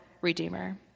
redeemer